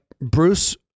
Bruce